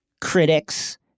critics